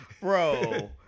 Bro